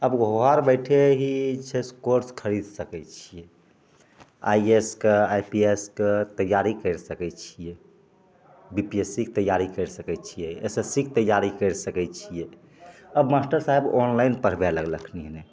आब घर बैठे ही जे छै से कोर्स खरिद सकै छिए आइ ए एस कऽ आइ पी एस के तैआरी करि सकै छिए बी पी एस सी के तैआरी करि सकै छिए एस एस सी के तैआरी करि सकै छिए आब मास्टर साहेब ऑनलाइन पढ़बे लगलखिन हँ